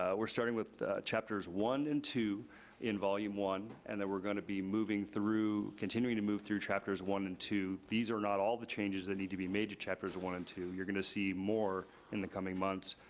ah we're starting with chapters one and two in volume one, and then we're gonna be moving through, continuing to move through chapters one and two. these are not all the changes that need to be made to chapters one and two. you're gonna see more in the coming months,